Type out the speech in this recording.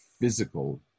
physical